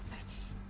it's.